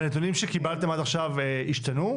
והנתונים שקיבלתם עד עכשיו השתנו?